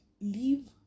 leave